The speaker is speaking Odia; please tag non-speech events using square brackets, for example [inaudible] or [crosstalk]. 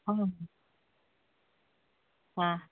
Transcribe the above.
[unintelligible] ହଁ